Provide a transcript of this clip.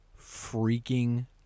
freaking